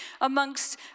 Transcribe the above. amongst